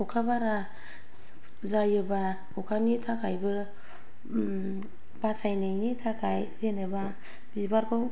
अखा बारा जायोबा अखानि थाखायबो बासायनायनि थाखाय जेनेबा बिबारखौ